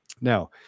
Now